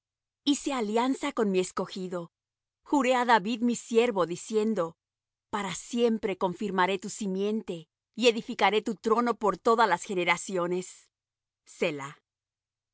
verdad hice alianza con mi escogido juré á david mi siervo diciendo para siempre confirmaré tu simiente y edificaré tu trono por todas las generaciones